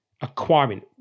acquiring